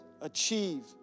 achieve